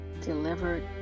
delivered